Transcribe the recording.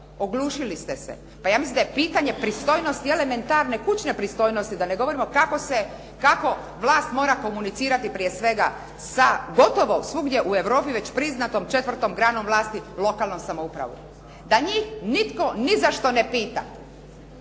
oglušili ste se. Pa ja mislim da je pitanje pristojnosti i elementarne kućne pristojnosti da ne govorim kako vlast mora komunicirati prije svega sa gotovo svugdje u Europi već priznatom četvrtom granom vlasti lokalnom samoupravom. Da njih nitko ni za što ne pita.